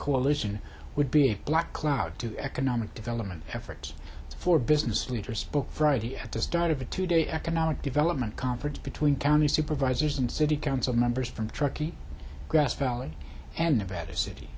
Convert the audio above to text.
coalition would be a black cloud to economic development efforts for business leaders spoke friday at the start of a two day economic development conference between county supervisors and city council members from truckee grass valley and nevada city